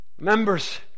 Members